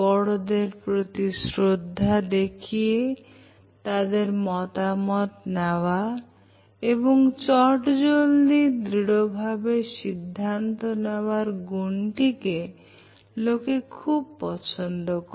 বড়দের প্রতি শ্রদ্ধা দেখিয়ে তাদের মতামত নেওয়া এবং চটজলদি দৃঢ়ভাবে সিদ্ধান্ত নেওয়ার গুণটিকে লোকে খুব পছন্দ করে